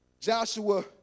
Joshua